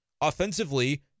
Offensively